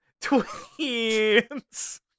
Twins